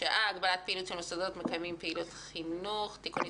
שעה)(הגבלת פעילות של מוסדות המקיימים פעילות חינוך)(תיקון מס'